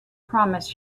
promise